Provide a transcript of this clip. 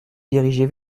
diriger